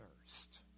thirst